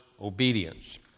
obedience